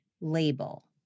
label